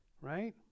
right